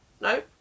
no